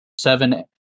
seven